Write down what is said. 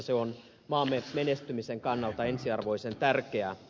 se on maamme menestymisen kannalta ensiarvoisen tärkeää